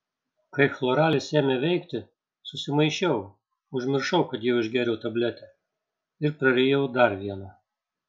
kai chloralis ėmė veikti susimaišiau užmiršau kad jau išgėriau tabletę ir prarijau dar vieną